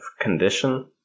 condition